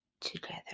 together